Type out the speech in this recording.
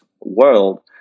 world